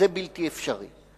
זה בלתי אפשרי.